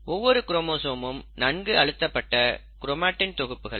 ஒவ்வொரு குரோமோசோமும் நன்கு அழுத்தப்பட்ட கிரோமடின் தொகுப்புகள்